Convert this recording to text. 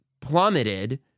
plummeted